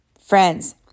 Friends